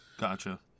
Gotcha